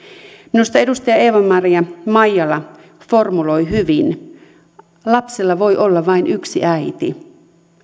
minusta edustaja eeva maria maijala formuloi hyvin lapsella voi olla vain yksi äiti